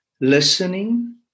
listening